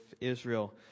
Israel